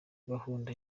gahunda